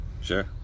Sure